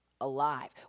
alive